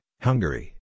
Hungary